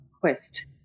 quest